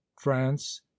france